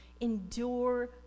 endure